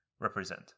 represent